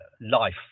life